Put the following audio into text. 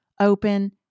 open